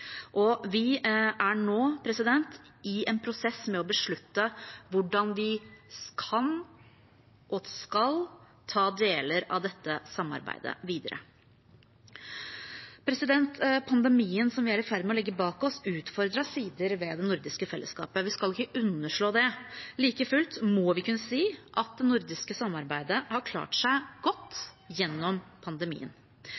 Vi er nå i en prosess med å beslutte hvordan vi kan og skal ta deler av dette samarbeidet videre. Pandemien som vi er i ferd med å legge bak oss, utfordret sider ved det nordiske fellesskapet. Vi skal ikke underslå det. Like fullt må vi kunne si at det nordiske samarbeidet har klart seg